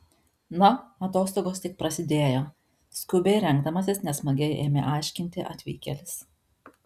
na atostogos tik prasidėjo skubiai rengdamasis nesmagiai ėmė aiškinti atvykėlis